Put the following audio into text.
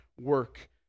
work